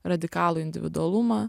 radikalų individualumą